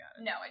No